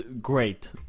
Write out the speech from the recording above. great